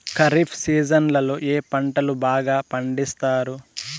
ఖరీఫ్ సీజన్లలో ఏ పంటలు బాగా పండిస్తారు